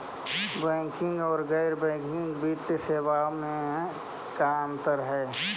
Banking और गैर banking वित्तीय सेवाओं में का अंतर हइ?